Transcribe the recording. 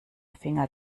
finger